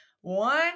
one